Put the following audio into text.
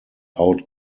out